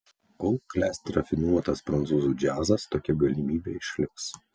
kol klesti rafinuotas prancūzų džiazas tokia galimybė išliks